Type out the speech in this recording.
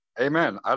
Amen